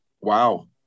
Wow